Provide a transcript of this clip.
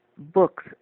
Books